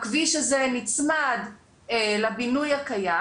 הכביש הזה נצמד לבינוי הקיים.